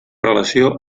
relació